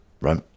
right